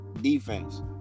defense